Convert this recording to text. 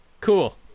Cool